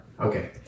Okay